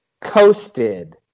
coasted